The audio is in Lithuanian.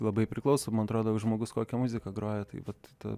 labai priklauso man atrodo žmogus kokią muziką groja tai vat ta